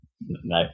No